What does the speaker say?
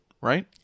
right